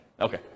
okay